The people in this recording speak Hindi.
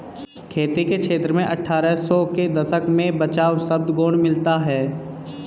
खेती के क्षेत्र में अट्ठारह सौ के दशक में बचाव शब्द गौण मिलता है